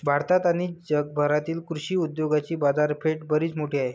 भारतात आणि जगभरात कृषी उद्योगाची बाजारपेठ बरीच मोठी आहे